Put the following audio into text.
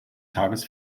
tages